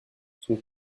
son